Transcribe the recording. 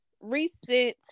recent